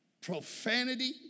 Profanity